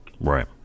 Right